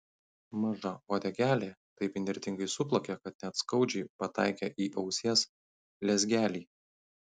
maža uodegėlė taip įnirtingai suplakė kad net skaudžiai pataikė į ausies lezgelį